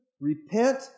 repent